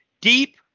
deep